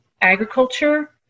agriculture